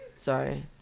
Sorry